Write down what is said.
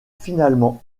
finalement